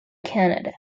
canada